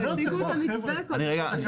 בוא קודם כל נשמע.